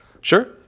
Sure